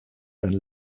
and